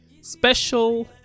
Special